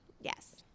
yes